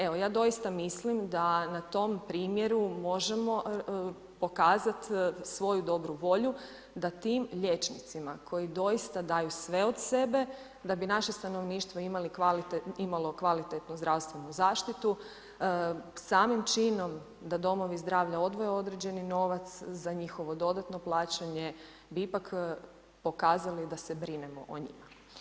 Evo, ja doista mislim da na tom primjeru možemo pokazat svoju dobru volju, da tim liječnicima koji doista daju sve od sebe da bi naše stanovništvo imalo kvalitetnu zdravstvenu zaštitu, samim činom da Domovi zdravlja odvoje određeni novac za njihovo dodatno plaćanje, bi ipak pokazali da se brinemo o njima.